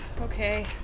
Okay